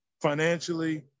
financially